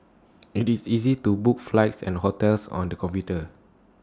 IT is easy to book flights and hotels on the computer